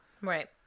Right